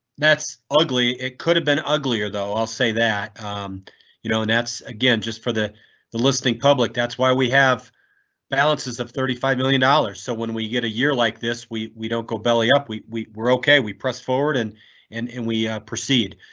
that's ugly. it could have been uglier though. i'll say that you know, and that's again just for the the listing public. that's why we have balances of thirty five million dollars. so when we get a year like this, we we don't go belly up, we we were ok, we press forward and and and we proceed.